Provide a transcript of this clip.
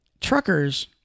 Truckers